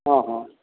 हँ हँ